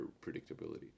predictability